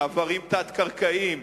מעברים תת-קרקעיים,